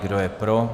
Kdo je pro?